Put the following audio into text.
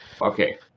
Okay